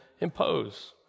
impose